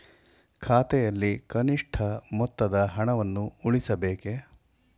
ಖಾತೆಯಲ್ಲಿ ಕನಿಷ್ಠ ಮೊತ್ತದ ಹಣವನ್ನು ಉಳಿಸಬೇಕೇ?